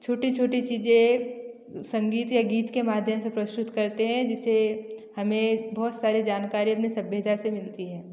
छोटी छोटी चीज़ें संगीत या गीत के माध्यम से प्रस्तुत करते हैं जिसे हमें बहुत सारे जानकारी अपनी सभ्यता से मिलती है